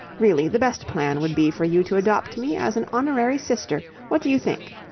really, the best plan would be for you to adopt me as an honorary sister. what do you think?